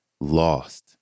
lost